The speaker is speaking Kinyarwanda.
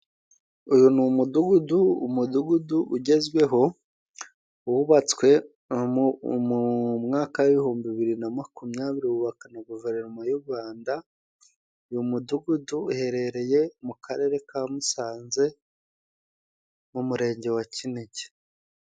uyu ni umudugudu umudugudu ugezweho wubatswe mu m mwaka w' ibihumbi bibiri na makumyabiri wubaka na guverinoma y'u rwanda uyu mudugudu iherereye mu karere ka musanze mu murenge wa kinigi